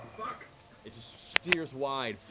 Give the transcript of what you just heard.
it just steers wide,